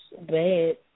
bad